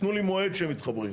תנו לי מועד שהם מתחברים.